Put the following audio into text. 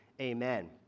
amen